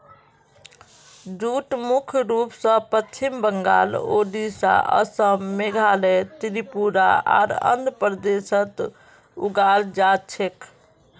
jute मुख्य रूप स पश्चिम बंगाल, ओडिशा, असम, मेघालय, त्रिपुरा आर आंध्र प्रदेशत उगाल जा छेक